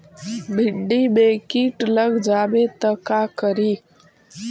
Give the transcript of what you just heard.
भिन्डी मे किट लग जाबे त का करि?